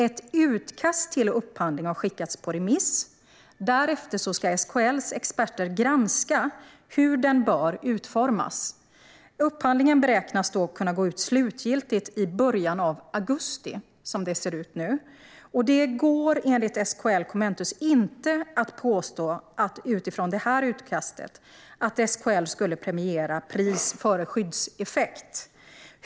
Ett utkast till upphandling har skickats på remiss. Därefter ska SKL:s experter granska hur den bör utformas. Upphandlingen beräknas att kunna gå ut i början av augusti, som det ser ut nu. Enligt SKL Kommentus går det inte att påstå att, utifrån det här utkastet, SKL skulle premiera pris före skyddseffekt.